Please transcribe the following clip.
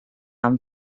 amb